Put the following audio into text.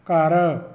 ਘਰ